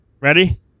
Ready